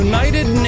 United